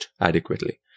adequately